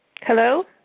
Hello